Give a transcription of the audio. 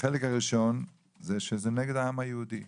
החלק הראשון זה שזה נגד העם היהודי,